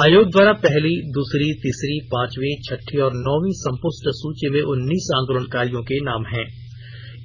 आयोग द्वारा पहली द्रसरी तीसरी पांचवी छठी और नौवीं संपुष्ट सूची में उन्नीस आंदोलनकारियों के नाम हैं